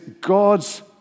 God's